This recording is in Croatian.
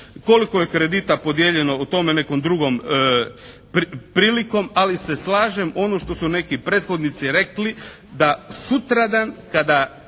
Koliko je kredita podijeljeno o tome nekom drugom prilikom. Ali se slažem ono što su neki prethodnici rekli da sutradan kada